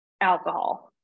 alcohol